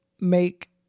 make